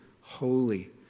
holy